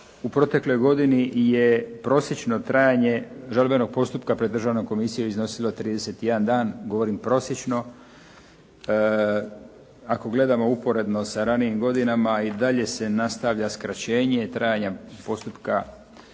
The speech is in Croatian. u protekloj godini je prosječno trajanje žalbenog postupka pred Državnom komisijom iznosilo 31 dan, govorim prosječno, ako gledamo uporedno sa ranijim godinama i dalje se nastavlja skraćenje trajanja postupka,